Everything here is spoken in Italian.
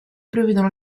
prevedono